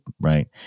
right